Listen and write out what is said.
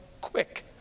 quick